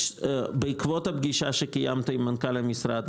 בעקבות הפגישה שקיימתי עם מנכ"ל המשרד,